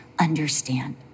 understand